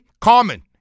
common